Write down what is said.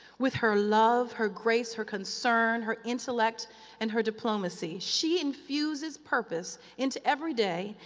with her love, her grace, her concern, her intellect and her diplomacy. she infuses purpose into every day,